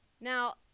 Now